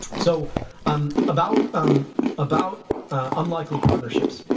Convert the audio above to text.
so um about um about unlikely partnerships.